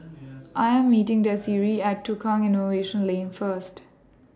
I Am meeting Desiree At Tukang Innovation Lane First